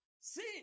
See